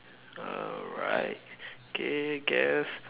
alright okay guess